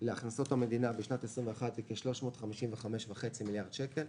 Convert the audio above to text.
להכנסות המדינה בשנת 21 היא כ-355.5 מיליארד שקל.